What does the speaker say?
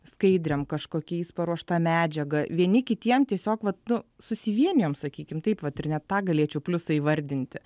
skaidrėm kažkokiais paruošta medžiaga vieni kitiem tiesiog vat nu susivienijom sakykim taip vat ir net tą galėčiau pliusą įvardinti